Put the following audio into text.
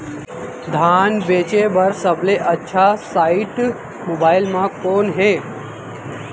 धान बेचे बर सबले अच्छा साइट मोबाइल म कोन हे?